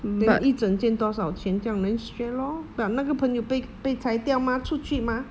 then 一整间多少钱这样 then share lor but 那个朋友被被裁掉 mah 出去 mah